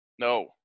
No